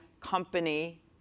company